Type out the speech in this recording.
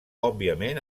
òbviament